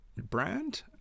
brand